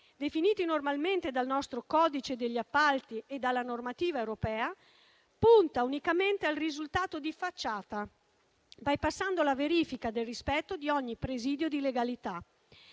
definiti normalmente dal nostro codice degli appalti e dalla normativa europea, punta unicamente al risultato di facciata, bypassando la verifica del rispetto di ogni presidio di legalità.